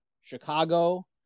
Chicago